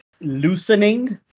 loosening